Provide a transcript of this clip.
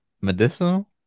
medicinal